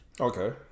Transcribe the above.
okay